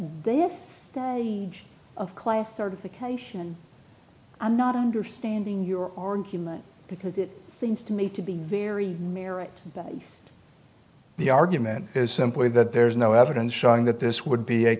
this stage of class certification i'm not understanding your argument because it seems to me to be very merit based the argument is simply that there is no evidence showing that this would be a